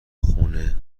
خونه